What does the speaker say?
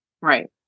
Right